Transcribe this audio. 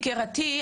יקירתי,